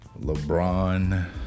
LeBron